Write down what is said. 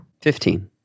Fifteen